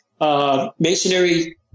Masonry